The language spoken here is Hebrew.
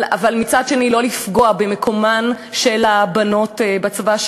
אבל מצד שני לא לפגוע במקומן של הבנות בצבא,